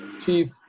chief